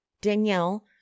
Danielle